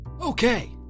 Okay